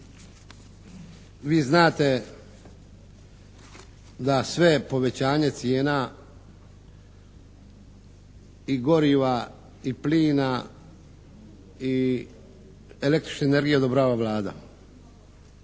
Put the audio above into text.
Vi znate da sve povećanje cijena i goriva i plina i električne energije odobrava Vlada.